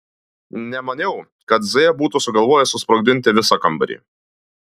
nemaniau kad z būtų sugalvojęs susprogdinti visą kambarį